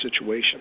situation